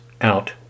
out